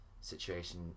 situation